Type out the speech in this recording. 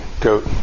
go